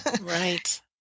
Right